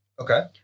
Okay